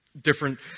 different